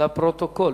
לפרוטוקול.